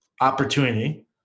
opportunity